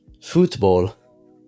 football